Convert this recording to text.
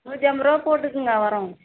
நூற்றி ஐம்பது ரூபா போட்டுக்கோங்க வரோம்